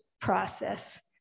process